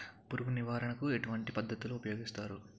పురుగు నివారణ కు ఎటువంటి పద్ధతులు ఊపయోగిస్తారు?